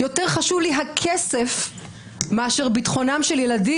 יותר חשוב לי הכסף מאשר ביטחונם של ילדים,